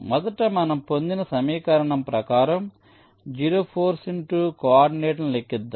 మొదట మనం పొందిన సమీకరణం ప్రకారం 0 ఫోర్స్ x కోఆర్డినేట్ను లెక్కిద్దాం